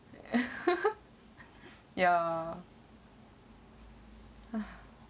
ya